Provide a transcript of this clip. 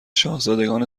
شاهزادگان